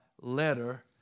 letter